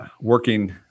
working